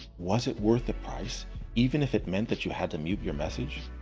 was it worth the price even if it meant that you had to mute your message?